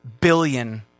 billion